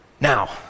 Now